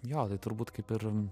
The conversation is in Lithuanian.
jo tai turbūt kaip ir